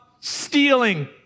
stealing